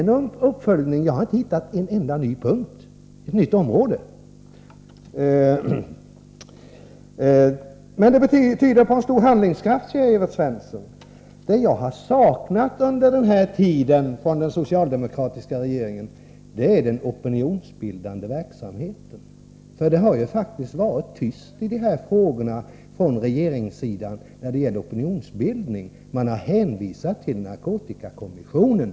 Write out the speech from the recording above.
Men jag har inte hittat någon enda punkt där en sådan uppföljning redovisas. Detta tyder emellertid på stor handlingskraft, säger Evert Svensson. Vad jag har saknat under den socialdemokratiska regeringstiden är den opinionsbildande verksamheten. Det har faktiskt varit tyst från regeringssidan när det gäller opinionsbildningen i dessa frågor. Man har hänvisat till narkotikakommissionen.